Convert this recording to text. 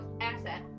asset